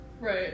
right